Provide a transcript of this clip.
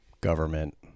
government